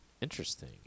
Interesting